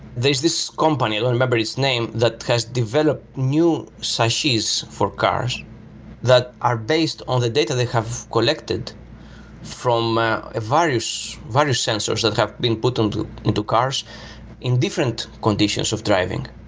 there's this company, i don't remember its name. that has developed new so for cars that are based on the data they have collected from various various sensors that have been put into into cars in different conditions of driving,